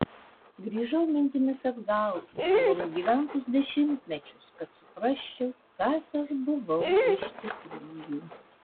grįžau mintimis atgal į savo nugyventus dešimtmečius kad suprasčiau kas aš buvau iš tikrųjų